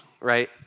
Right